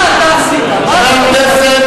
מה אתה עשית, חבר הכנסת